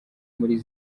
muri